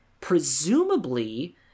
Presumably